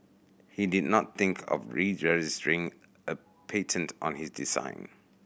he did not think of registering a patent on his design